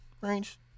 range